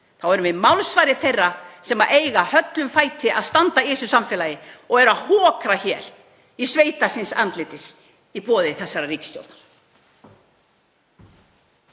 erum við málsvari þeirra sem höllum fæti standa í þessu samfélagi og hokra hér í sveita síns andlitis í boði þessarar ríkisstjórnar.